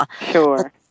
Sure